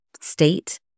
state